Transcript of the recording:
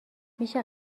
میشه